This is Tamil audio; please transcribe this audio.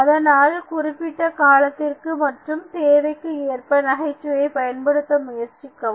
அதனால் குறிப்பிட்ட காலத்திற்கு மற்றும் தேவைக்கு ஏற்ப நகைச்சுவையை பயன்படுத்த முயற்சிக்க வேண்டும்